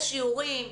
יש שיעורים,